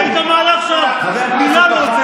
יופי של יו"ר ממלכתי.